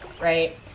right